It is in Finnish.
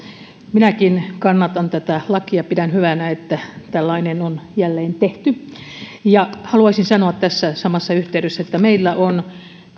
minäkin kannatan tätä lakia pidän hyvänä että tällainen on jälleen tehty ja haluaisin sanoa samassa yhteydessä että meillä on